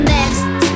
Next